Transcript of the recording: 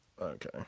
Okay